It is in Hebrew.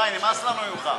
די, נמאס לנו ממך.